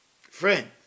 friend